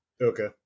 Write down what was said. Okay